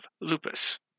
lupus